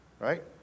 right